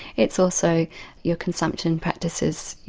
it's also your consumption practices,